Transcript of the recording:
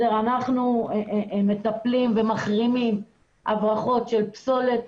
אנחנו מטפלים ומחרימים הברחות של פסולת,